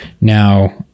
Now